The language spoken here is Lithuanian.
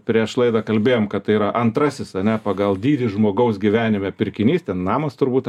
prieš laidą kalbėjom kad tai yra antrasis ane pagal dydį žmogaus gyvenime pirkinys ten namas turbūt